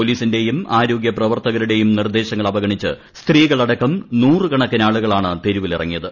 പൊലീസിന്റെയും ആരോഗ്യ പ്രവർത്തകരുടെയും നിർദ്ദേശങ്ങൾ അവഗണിച്ച് സ്ത്രീകളടക്കം നൂറ് കണക്കിനാളുകളാണ് തെരുവിലിറങ്ങിയത്